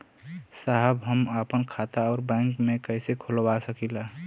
साहब हम आपन खाता राउर बैंक में कैसे खोलवा सकीला?